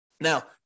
Now